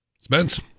spence